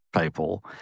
people